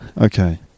Okay